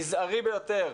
מזערי ביותר,